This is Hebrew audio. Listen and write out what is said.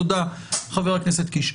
תודה, חבר הכנסת קיש.